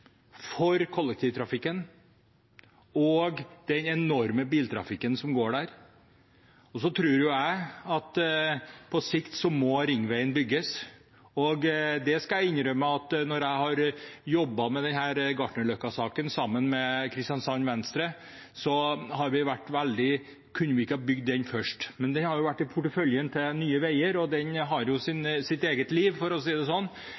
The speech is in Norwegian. for kollektivtrafikken og den enorme biltrafikken som går der. Så tror jo jeg at på sikt må ringveien bygges. Jeg skal innrømme at når jeg har jobbet med denne Gartnerløkka-saken sammen med Kristiansand Venstre, har vi vært veldig inne på om vi ikke kunne ha bygd den først – men det har jo vært i porteføljen til Nye Veier, og den har jo sitt eget liv, for å si det sånn